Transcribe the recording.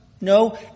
No